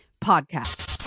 podcast